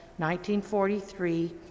1943